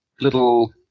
little